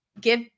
give